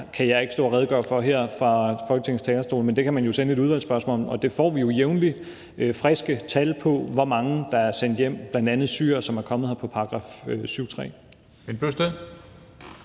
kan jeg ikke stå og redegøre for her fra Folketingets talerstol. Men det kan man jo sende et udvalgsspørgsmål om. Vi får jo jævnligt friske tal på, hvor mange der er sendt hjem, bl.a. syrere, som er kommet her på § 7, 3.